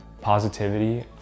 Positivity